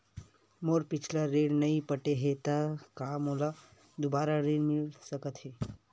मोर पिछला ऋण नइ पटे हे त का मोला दुबारा ऋण मिल सकथे का?